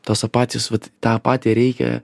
tos apatijos vat tą apatiją reikia